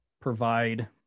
provide